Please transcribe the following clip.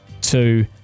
two